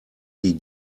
die